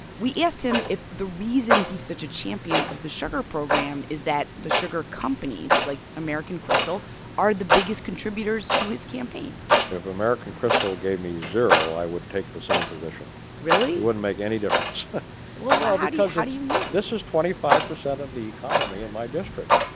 we asked him if the reason he's such a champion of the sugar program is that the sugar companies like american crystal are the biggest contributors to his campaign if american crystal gave me zero, i would take the same position really? it wouldn't make any difference difference well, how do you know? this is twenty five percent of the economy in my district.